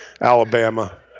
Alabama